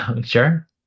Sure